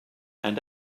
and